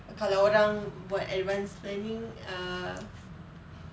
kalau orang buat advance planning err